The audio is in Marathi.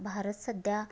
भारत सध्या